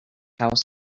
house